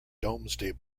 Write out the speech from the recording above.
domesday